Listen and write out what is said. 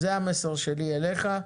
זה המסר שלי אליך,